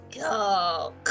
go